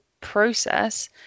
process